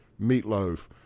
meatloaf